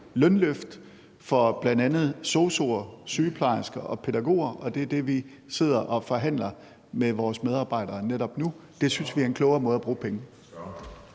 lønløft for bl.a. sosu'er, sygeplejersker og pædagoger. Det er det, vi sidder og forhandler med vores medarbejdere netop nu. Det synes vi er en klogere måde at bruge pengene